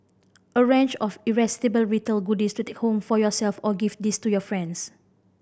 a range of irresistible retail goodies to take home for yourself or gift these to your friends